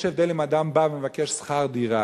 יש הבדל אם אדם בא ומבקש שכר דירה,